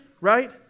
right